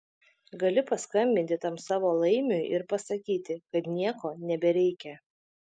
gali paskambinti tam savo laimiui ir pasakyti kad nieko nebereikia